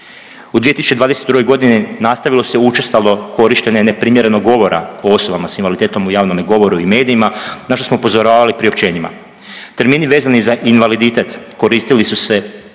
U 2022. godini nastavilo se učestalo korištenje neprimjerenog govora o osobama s invaliditetom u javnome govoru i medijima na što smo upozoravali priopćenjima. Termini vezani za invaliditet koristili su se